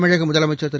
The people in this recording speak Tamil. தமிழகமுதலமைச்சர் திரு